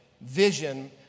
vision